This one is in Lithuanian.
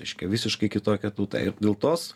reiškia visiškai kitokia tauta dėl tos